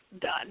done